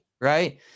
right